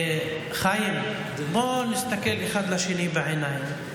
חיים, בוא נסתכל אחד לשני בעיניים.